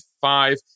five